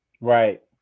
right